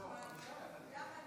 מארבעה.